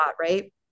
Right